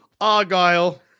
Argyle